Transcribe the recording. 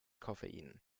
koffein